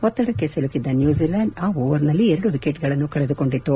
ಒತ್ತಡಕ್ಕೆ ಸಿಲುಕಿದ್ದ ನ್ಯೂಜಿಲೆಂಡ್ ಆ ಓವರ್ ನಲ್ಲಿ ಎರಡು ವಿಕೆಟ್ ಗಳನ್ನು ಕಳೆದುಕೊಂಡಿತು